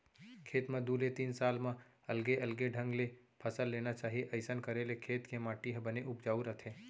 खेत म दू ले तीन साल म अलगे अलगे ढंग ले फसल लेना चाही अइसना करे ले खेत के माटी ह बने उपजाउ रथे